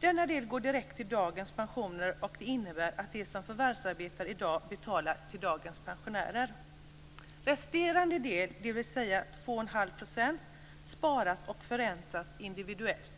Denna del går direkt till dagens pensioner och innebär att den som förvärvsarbetar i dag betalar till dagens pensionärer. Den resterande delen, dvs. 2,5 %, sparas och förräntas individuellt.